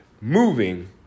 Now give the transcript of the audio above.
moving